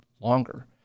longer